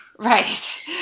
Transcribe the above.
Right